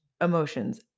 emotions